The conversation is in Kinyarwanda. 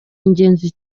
ingenzi